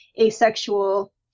asexual